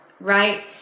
Right